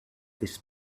this